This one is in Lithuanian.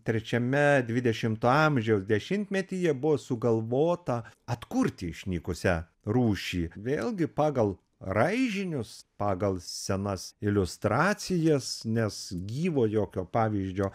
trečiame dvidešimto amžiaus dešimtmetyje buvo sugalvota atkurti išnykusią rūšį vėlgi pagal raižinius pagal senas iliustracijas nes gyvo jokio pavyzdžio